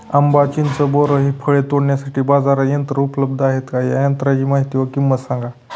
आंबा, चिंच, बोर हि फळे तोडण्यासाठी बाजारात यंत्र उपलब्ध आहेत का? या यंत्रांची माहिती व किंमत सांगा?